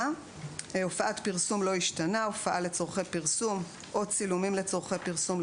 הופעה לצורכי פרסום או צילומים לצורכי פרסום,